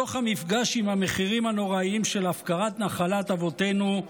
מתוך המפגש עם המחירים הנוראים של הפקרת נחלת אבותינו,